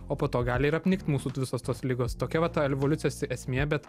o po to gali ir apnikt mūsų visos tos ligos tokia vata evoliucijos esmė bet